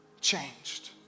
changed